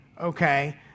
okay